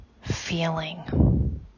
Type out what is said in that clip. feeling